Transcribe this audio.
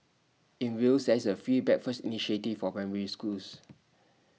in Wales there is A free breakfast initiative for primary schools